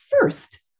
first